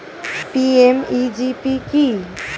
PMEGP কি?